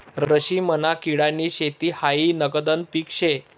रेशीमना किडानी शेती हायी नगदनं पीक शे